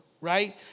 right